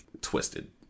twisted